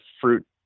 fruit